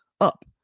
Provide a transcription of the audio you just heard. up